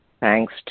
thanks